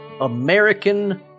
American